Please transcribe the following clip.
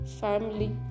family